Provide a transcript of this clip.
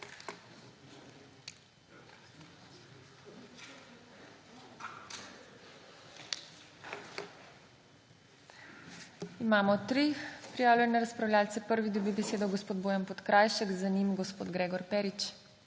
Imamo tri prijavljene razpravljavce. Prvi dobi besedo gospod Bojan Podkrajšek, za njim gospod Gregor Perič.